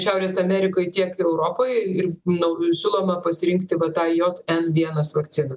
šiaurės amerikoj tiek europoj ir nau siūloma pasirinkti va ta jot en vienas vakciną